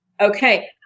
okay